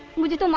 why did um